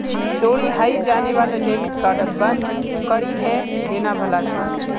चोरी हाएं जाने वाला डेबिट कार्डक बंद करिहें देना भला छोक